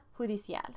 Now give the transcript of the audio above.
judicial